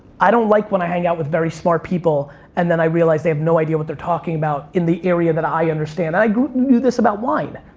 i don't like when i hang out with very smart people and then i realize they have no idea what they're talking about in the area that i understand. and i knew this about wine.